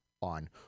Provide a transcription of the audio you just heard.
on